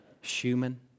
Schumann